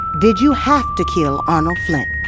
did you have to kill arnold flint?